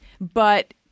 but-